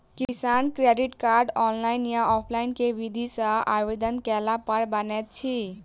किसान credit card, online या offline केँ विधि सँ आवेदन कैला पर बनैत अछि?